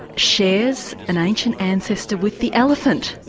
shares an ancient ancestor with the elephant.